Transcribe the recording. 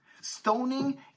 Stoning